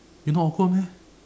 you not awkward meh